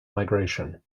migration